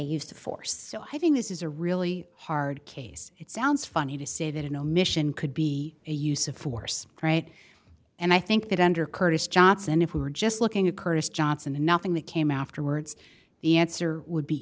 used to force so i think this is a really hard case it sounds funny to say that an omission could be a use of force right and i think that under curtis johnson if we were just looking at curtis johnson and nothing the came afterwards the answer would be